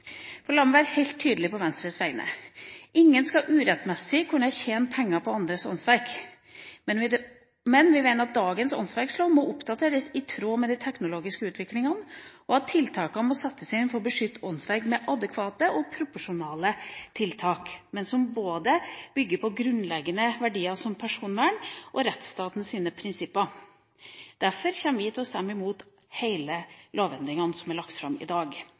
opphavsrettsloven. La meg være helt tydelig på Venstres vegne: Ingen skal urettmessig kunne tjene penger på andres åndsverk, men vi mener at dagens åndsverklov må oppdateres i tråd med de teknologiske utviklingene, og at adekvate og proporsjonale tiltak som både bygger på grunnleggende verdier som personvern og rettsstatens prinsipper, må settes inn for å beskytte åndsverk. Vi kommer til å stemme mot hele lovendringa som er lagt fram i dag,